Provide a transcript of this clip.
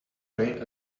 rain